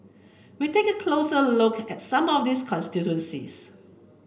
we take a closer look at some of these constituencies